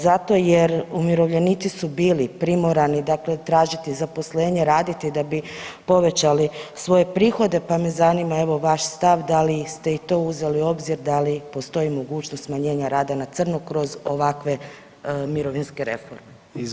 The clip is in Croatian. Zato jer umirovljenici su bili primorani dakle tražiti zaposlenje raditi da bi povećali svoje prihode pa me zanima evo vaš stav, da li ste i to uzeli u obzir, da li postoji mogućnost smanjenja rada na crno kroz ovakve mirovinske reforme.